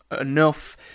enough